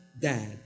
dad